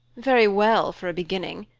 very well for a beginning.